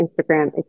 Instagram